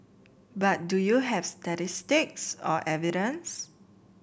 but do you have statistics or evidence